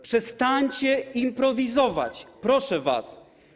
Przestańcie improwizować, proszę was.